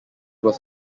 was